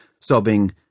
sobbing